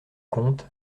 comte